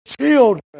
children